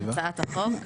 הצעת החוק,